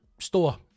store